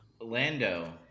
Lando